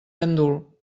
gandul